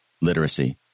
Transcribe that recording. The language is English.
literacy